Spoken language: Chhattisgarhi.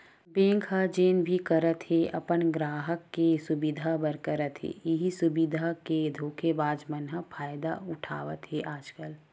बेंक ह जेन भी करत हे अपन गराहक के सुबिधा बर करत हे, इहीं सुबिधा के धोखेबाज मन ह फायदा उठावत हे आजकल